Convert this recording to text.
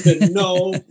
No